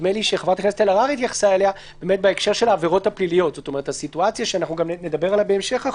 מרוכז, באופן בהיר ונגיש לקבוצות השונות